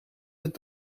het